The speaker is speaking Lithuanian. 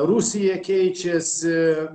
rusija keičiasi